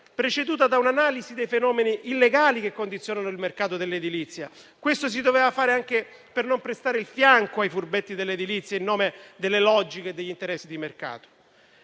preceduta da un'analisi dei fenomeni illegali che condizionano il mercato dell'edilizia. Questo si doveva fare, anche per non prestare il fianco ai furbetti dell'edilizia, in nome delle logiche e degli interessi di mercato.